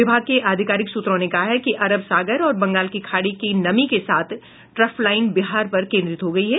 विभाग के अधिकारिक सूत्रों ने कहा है कि अरब सागर और बंगाल की खाड़ी की नमी के साथ ट्रफलाइन बिहार पर केंद्रित हो गयी है